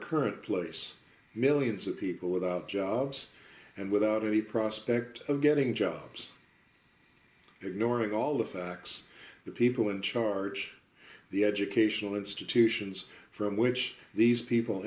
current place millions of people without jobs and without any prospect of getting jobs ignoring all the facts the people in charge the educational institutions from which these people